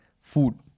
food